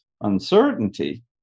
uncertainty